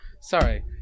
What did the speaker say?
sorry